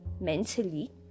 mentally